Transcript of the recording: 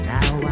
Now